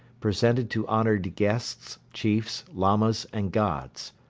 presented to honored guests, chiefs, lamas and gods.